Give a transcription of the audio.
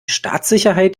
staatssicherheit